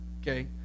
okay